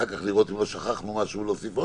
ואחר כך לראות אם לא שכחנו משהו ואז להוסיף,